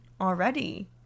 already